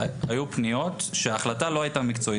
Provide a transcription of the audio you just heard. אמרתי שהיו פניות שההחלטה הייתה לא מקצועית.